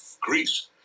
Greece